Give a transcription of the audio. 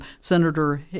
Senator